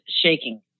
shaking